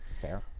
Fair